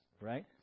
right